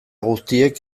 guztiek